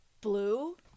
blue